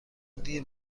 دیر